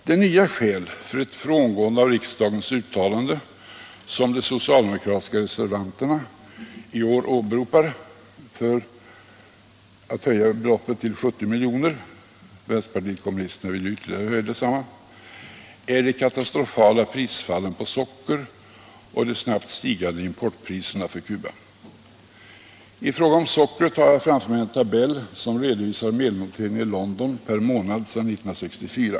De nya skäl för ett frångående av riksdagens uttalande som de socialdemokratiska reservanterna i år åberopar för att höja beloppet till 70 miljoner — vänsterpartiet kommunisterna vill ju ytterligare höja beloppet — är de katastrofala prisfallen på socker och de snabbt stigande importpriserna för Cuba. I fråga om sockret har jag framför mig en tabell som redovisar medelnoteringen i London per månad sedan 1964.